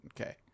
Okay